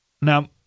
Now